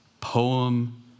poem